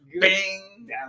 Bing